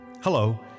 Hello